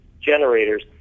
generators